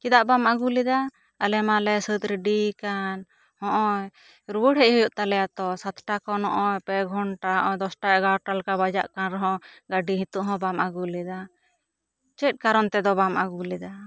ᱪᱮᱫᱟᱜ ᱵᱟᱢ ᱟᱹᱜᱩ ᱞᱮᱫᱟ ᱟᱞᱮ ᱢᱟ ᱞᱮ ᱥᱟᱹᱛ ᱨᱤᱰᱤ ᱟᱠᱟᱱ ᱦᱚᱭᱼᱚᱭ ᱨᱩᱣᱟᱹᱲ ᱦᱮᱡ ᱦᱩᱭᱩᱜ ᱛᱟᱞᱮᱭᱟ ᱛᱚ ᱥᱟᱛ ᱴᱟ ᱠᱷᱚᱱᱟᱜ ᱯᱮ ᱜᱷᱚᱱᱴᱟ ᱫᱚᱥ ᱴᱟ ᱮᱜᱟᱨᱚᱴᱟ ᱞᱮᱠᱟ ᱵᱟᱡᱟᱜ ᱠᱟᱱ ᱨᱮᱦᱚ ᱜᱟᱹᱰᱤ ᱱᱤᱛᱚᱜ ᱦᱚᱸ ᱵᱟᱢ ᱟᱹᱜᱩ ᱞᱮᱫᱟ ᱪᱮᱫ ᱠᱟᱨᱚᱱ ᱛᱮᱫᱚ ᱵᱟᱢ ᱟᱹᱜᱩ ᱞᱮᱫᱟ